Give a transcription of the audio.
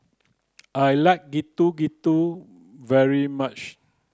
I like Getuk Getuk very much